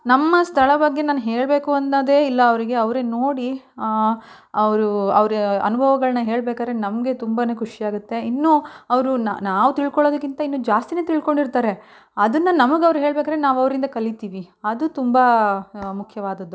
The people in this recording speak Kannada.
ನಮ್ಮ ಸ್ಥಳ ಬಗ್ಗೆ ನಾನು ಹೇಳಬೇಕು ಅನ್ನೋದೆ ಇಲ್ಲ ಅವ್ರಿಗೆ ಅವರೆ ನೋಡಿ ಅವರೂ ಅವರ ಅನುಭವಗಳನ್ನ ಹೇಳ್ಬೇಕಾದ್ರೆ ನಮಗೆ ತುಂಬನೇ ಖುಷಿಯಾಗುತ್ತೆ ಇನ್ನೂ ಅವರು ನಾವು ತಿಳ್ಕೊಳ್ಳೋದಕ್ಕಿಂತ ಇನ್ನೂ ಜಾಸ್ತಿನೇ ತಿಳ್ಕೊಂಡಿರ್ತಾರೆ ಅದನ್ನು ನಮಗೆ ಅವ್ರ ಹೇಳ್ಬೇಕಾದ್ರೆ ನಾವು ಅವರಿಂದ ಕಲಿತೀವಿ ಅದು ತುಂಬ ಮುಖ್ಯವಾದದ್ದು